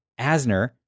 Asner